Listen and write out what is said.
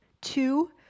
Two